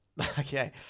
okay